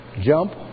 Jump